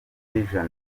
vision